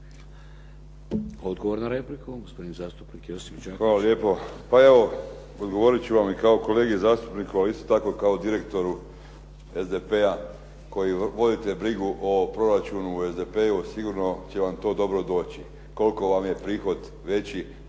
Odgovor na repliku gospodin zastupnik Josip Đakić. **Đakić, Josip (HDZ)** Hvala lijepo. Pa evo, odgovorit ću vam i kao kolegi zastupniku ali isto tako kao direktoru SDP-a koji vodite brigu o proračunu u SDP-u, sigurno će vam to dobro doći. Koliko vam je prihod veći